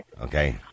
Okay